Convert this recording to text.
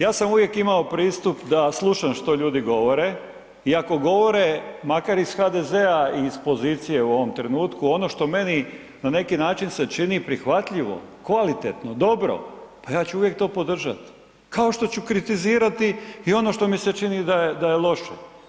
Ja sam uvijek imao pristup da slušam što ljudi govore i ako govore makar iz HDZ-a i iz pozicije u ovom trenutku, ono što meni na neki način se čini prihvatljivo, kvalitetno, dobro, pa ja ću uvijek to podržati kao što ću kritizirati i ono što mi se čini da je loše.